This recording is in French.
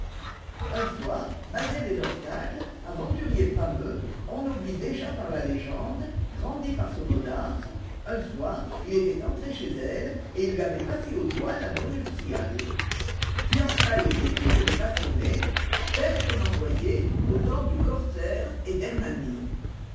un soir malgré les obstacles aventurier fameux ennobli déjà par la légende grandi par son audace un soir il était entré chez elle et il lui avait passé au doigt l'anneau nuptial fiançailles mystiques et passionnées telles qu'on en voyait au temps du corsaire et